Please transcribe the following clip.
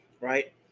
right